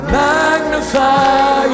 magnify